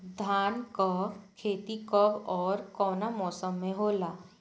धान क खेती कब ओर कवना मौसम में होला?